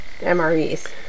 mres